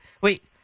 wait